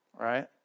right